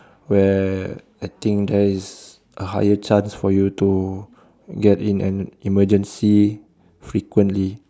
where I think there is higher chance for you to get in an emergency frequently